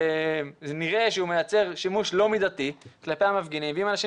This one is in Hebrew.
נראה שהוא מייצר שימוש לא מידתי כלפי מפגינים ואם אנשים